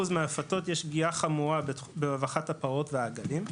מהרפתות יש פגיעה חמורה ברווחת הפרות והעגלים.